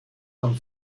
einen